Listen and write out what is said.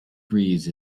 breeze